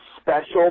special